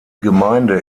gemeinde